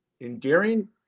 endearing